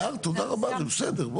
הערת, זה בסדר.